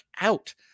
out